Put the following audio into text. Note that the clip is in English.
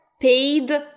paid